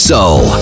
Soul